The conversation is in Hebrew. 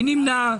מי נמנע?